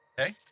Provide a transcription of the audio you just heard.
Okay